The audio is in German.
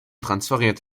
transferiert